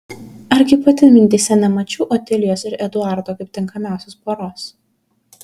argi pati mintyse nemačiau otilijos ir eduardo kaip tinkamiausios poros